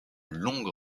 longue